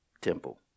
temple